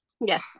Yes